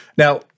Now